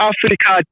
Africa